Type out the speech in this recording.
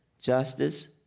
justice